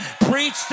preach